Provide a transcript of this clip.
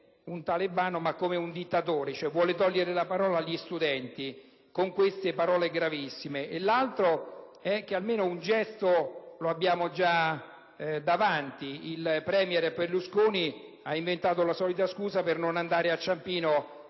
il premier Berlusconi ha inventato la solita scusa per non andare a Ciampino ad